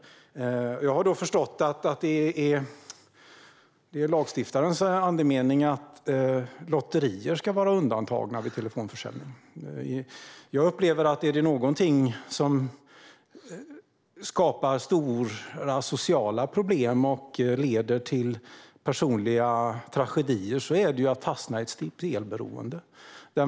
Jag har förstått att det är lagstiftarens andemening att lotterier ska vara undantagna vid telefonförsäljning. Är det någonting som skapar stora sociala problem och leder till personliga tragedier är det att fastna i spelberoende.